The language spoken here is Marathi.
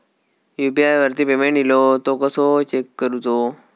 यू.पी.आय वरती पेमेंट इलो तो कसो चेक करुचो?